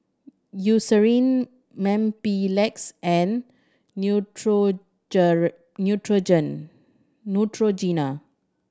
Eucerin Mepilex and Neutrogena